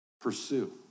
pursue